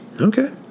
Okay